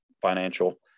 financial